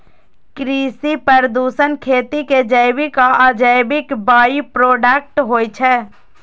कृषि प्रदूषण खेती के जैविक आ अजैविक बाइप्रोडक्ट होइ छै